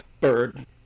bird